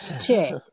check